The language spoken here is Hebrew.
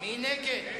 מי נגד?